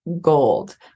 gold